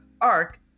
arc